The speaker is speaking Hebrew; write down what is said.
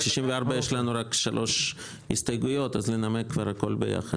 לסעיף 64 יש לנו רק 3 הסתייגויות אז ננמק הכול ביחד.